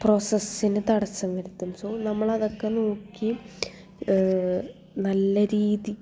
പ്രൊസസ്സ്ന് തടസ്സം വരുത്തും സൊ നമ്മളതൊക്കെ നോക്കി നല്ല രീതിയിൽ